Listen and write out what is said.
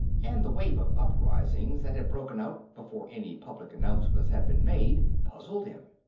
and the wave of uprisings that had broken out before any public announcement had been made puzzled him.